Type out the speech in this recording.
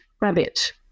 rabbit